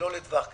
ולא לטווח קצר.